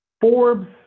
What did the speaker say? Forbes